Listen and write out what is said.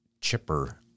chipper